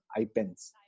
iPens